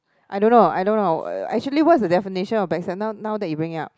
I don't know I don't know uh actually what is the definition of backstab now now that you bring it up